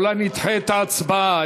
אולי נדחה את ההצבעה,